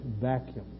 vacuum